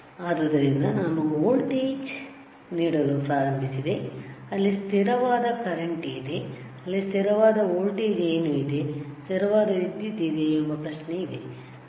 ಆದ್ದರಿಂದ ನಾನು ವೋಲ್ಟೇಜ್ನೀಡಲು ಪ್ರಾರಂಭಿಸಿದೆ ಅಲ್ಲಿ ಸ್ಥಿರವಾದ ಕರೆಂಟ್ ಇದೆ ಅಲ್ಲಿ ಸ್ಥಿರವಾದ ವೋಲ್ಟೇಜ್ ಏನು ಇದೆ ಸ್ಥಿರವಾದ ವಿದ್ಯುತ್ ಇದೆಯೇ ಎಂಬ ಪ್ರಶ್ನೆ ಇದೆ ಸರಿ